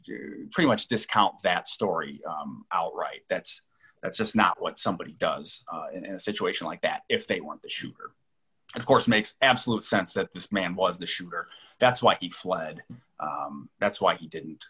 would pretty much discount that story outright that's that's just not what somebody does in a situation like that if they want the shooter of course makes absolute sense that this man was the shooter that's why he fled that's why he didn't